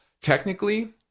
technically